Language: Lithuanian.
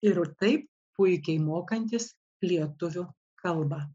ir taip puikiai mokantis lietuvių kalbą